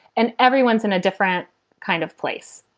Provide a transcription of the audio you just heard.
and everyone's in a different kind of place.